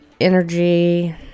energy